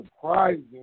surprising